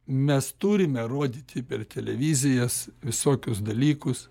mes turime rodyti per televizijas visokius dalykus